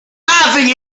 laughing